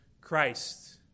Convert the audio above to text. Christ